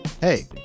Hey